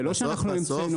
זה לא שאנחנו המצאנו את זה,